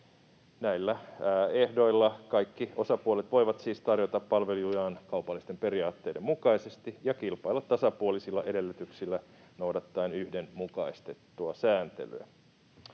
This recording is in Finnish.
Näillä ehdoilla kaikki osapuolet voivat siis tarjota palvelujaan kaupallisten periaatteiden mukaisesti ja kilpailla tasapuolisilla edellytyksillä noudattaen yhdenmukaistettua sääntelyä.